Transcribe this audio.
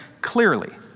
clearly